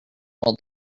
while